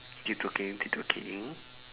keep talking keep talking